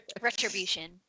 Retribution